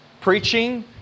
preaching